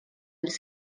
els